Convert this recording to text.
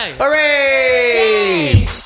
Hooray